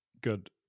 good